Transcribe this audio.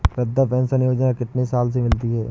वृद्धा पेंशन योजना कितनी साल से मिलती है?